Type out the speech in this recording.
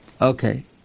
Okay